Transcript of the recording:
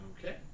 Okay